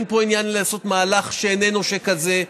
אין פה עניין לעשות מהלך שאיננו כזה.